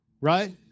Right